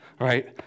Right